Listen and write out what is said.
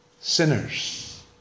sinners